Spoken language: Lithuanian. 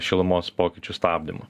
šilumos pokyčių stabdymo